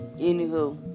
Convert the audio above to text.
Anywho